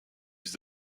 les